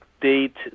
date